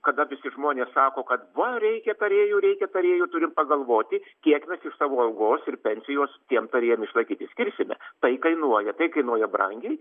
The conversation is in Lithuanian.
kada visi žmonės sako kad va reikia tarėjų reikia tarėjų turi pagalvoti kiek mes iš savo algos ir pensijos tiem tarėjam išlaikyti skirsime tai kainuoja tai kainuoja brangiai